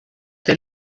der